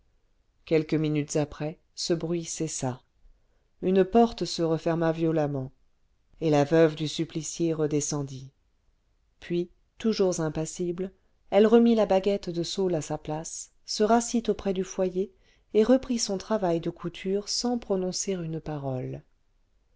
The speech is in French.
quelques minutes après ce bruit cessa une porte se referma violemment et la veuve du supplicié redescendit puis toujours impassible elle remit la baguette de saule à sa place se rassit auprès du foyer et reprit son travail de couture sans prononcer une parole